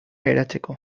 eratzeko